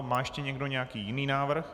Má ještě někdo nějaký jiný návrh?